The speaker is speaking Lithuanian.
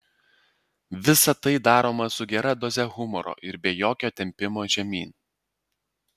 visa tai daroma su gera doze humoro ir be jokio tempimo žemyn